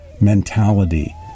mentality